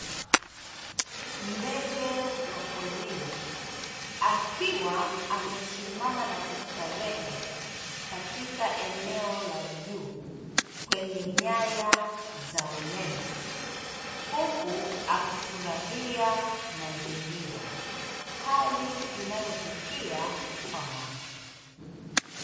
Ndege wa porini, akiwa amesimama na kustarehe katika eneo la juu kwenye nyanya za umeme, huku akifurahia mazingira, hali inayovutia kwa macho .